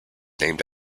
named